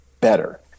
better